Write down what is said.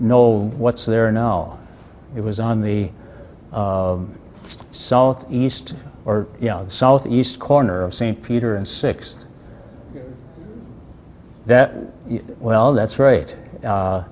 know what's there now it was on the first south east or south east corner of st peter and six that well that's right